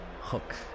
hook